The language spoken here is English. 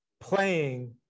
playing